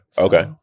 Okay